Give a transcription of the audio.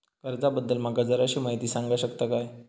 कर्जा बद्दल माका जराशी माहिती सांगा शकता काय?